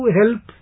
help